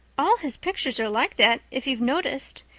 all his pictures are like that, if you've noticed.